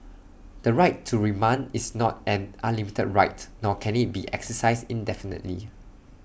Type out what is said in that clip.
the right to remand is not an unlimited right nor can IT be exercised indefinitely